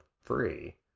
free